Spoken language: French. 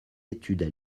études